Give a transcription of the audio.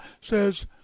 says